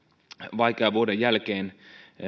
vaikean vuoden jälkeen